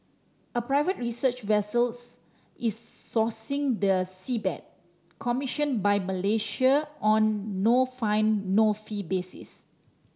a private research vessels is scouring the seabed commissioned by Malaysia on no find no fee basis